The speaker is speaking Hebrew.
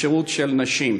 לשירות של נשים.